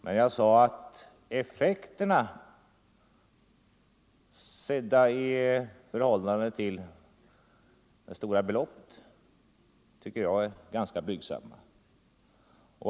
Men jag sade att effekterna sedda i förhållande till det stora beloppet blir ganska blygsamma.